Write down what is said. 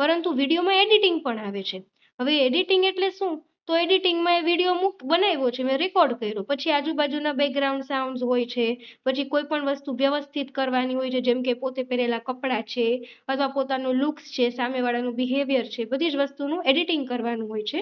પરંતુ વિડીયોમાં એડિટિંગ પણ આવે છે હવે એડિટિંગ એટલે શું તો એડિટિંગ તો એ બનાવ્યો છે પછી મેં રિપોર્ટ કર્યું પછી આજુબાજુના બેકગ્રાઉંડ સાઉન્ડ હોય છે પછી કોઈપણ વસ્તુ વ્યવસ્થિત કરવાની હોય છે જેમકે પોતે પહેરેલાં કપડાં છે અથવા પોતાનો લૂક છે સામે વાળાનું બિહેવીયર છે બધી જ વસ્તુનું એડિટિંગ કરવાનું હોય છે